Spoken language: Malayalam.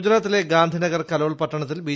ഗുജറാത്തിലെ ഗാന്ധിനഗർ കലോൾ പട്ടണത്തിൽ ബി